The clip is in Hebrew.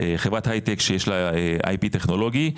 חברת הייטק שיש לה Ip טכנולוגי,